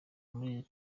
muri